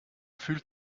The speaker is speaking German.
fühlt